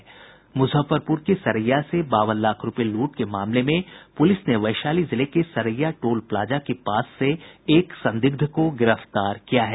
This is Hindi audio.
मुजफ्फरपूर के सरैया से बावन लाख रूपये लूट के मामले में पूलिस ने वैशाली जिले के सरैया टोल प्लाजा के पास से एक संदिग्ध को गिरफ्तार किया है